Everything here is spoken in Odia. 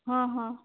ହଁ ହଁ